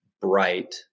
bright